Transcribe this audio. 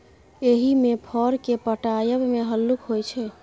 एहिमे फर केँ पटाएब मे हल्लुक होइ छै